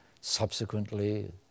subsequently